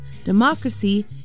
Democracy